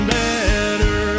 better